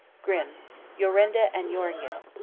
grimm jorinda and joringel.